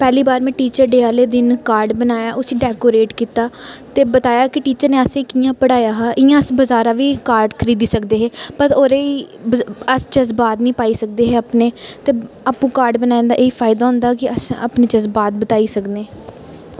पैह्ली बार में टीचर डे आह्ले दिन कार्ड बनाया उसी डैकोरेट कीता ते बताया कि टीचर असें कि'यां पढ़ाया हा इ'यां अस बजारा बी कार्ड खरीदी सकदे हे पर ओह्दे अस जज्बात नी पाई सकदे हे अपने ते आपूं कार्ड बनाने दा एह् फायदा होंदा कि अस अपने जज्बात बताई सकनें